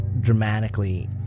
dramatically